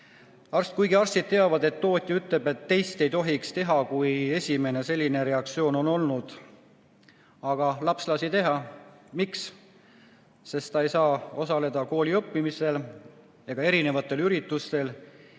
ära. Kuigi arstid teavad, et tootja ütleb, et teist süsti ei tohiks teha, kui esimesega on selline reaktsioon on olnud. Aga laps lasi teha. Miks? Sest ta ei saa osaleda kooliõppimisel ega erinevatel üritustel